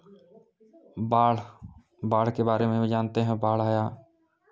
बाढ़ बाढ़ के बारे में भी जानते हैं बाढ़ आया